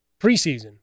preseason